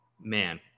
man